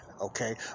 okay